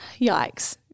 Yikes